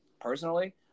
personally